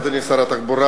אדוני שר התחבורה,